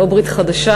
לא ברית חדשה,